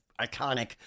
iconic